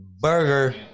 burger